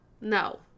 no